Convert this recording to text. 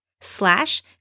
slash